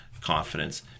confidence